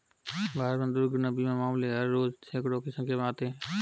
भारत में दुर्घटना बीमा मामले हर रोज़ सैंकडों की संख्या में आते हैं